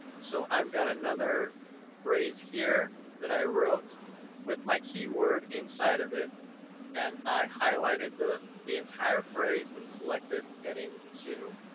so i've got another phrase here that i wrote with my keyword inside of it and i highlighted the the entire phrase and selected heading two.